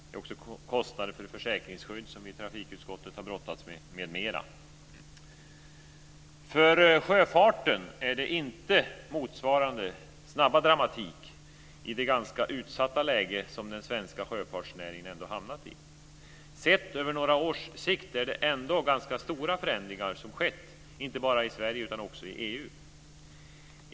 Det är också frågan om kostnader för försäkringsskyddet som vi i trafikutskottet har brottats med m.m. För sjöfarten är det inte motsvarande snabba dramatik i det ganska utsatta läge som den svenska sjöfartsnäringen ändå har hamnat i. Sett över några års sikt är det ändå ganska stora förändringar som har skett, inte bara i Sverige utan också i EU.